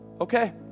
okay